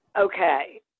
Okay